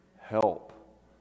Help